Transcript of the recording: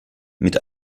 mit